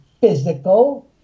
physical